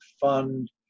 fund